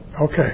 Okay